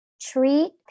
treat